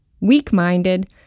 weak-minded